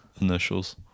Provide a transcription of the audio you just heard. initials